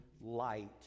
light